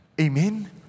Amen